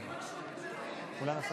חברים,